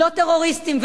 לא טרוריסטים.